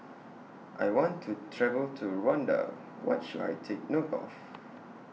I want to travel to Rwanda What should I Take note of